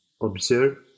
Observe